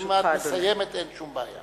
אם את מסיימת, אין שום בעיה.